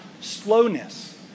slowness